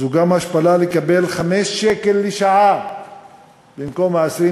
זו גם השפלה לקבל 5 שקלים לשעה במקום ה-23